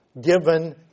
given